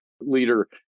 leader